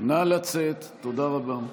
נא לצאת, תודה רבה.